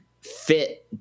fit